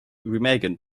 remagen